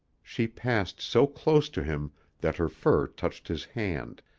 she passed so close to him that her fur touched his hand,